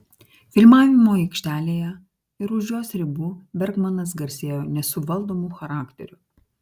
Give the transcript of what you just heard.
filmavimo aikštelėje ir už jos ribų bergmanas garsėjo nesuvaldomu charakteriu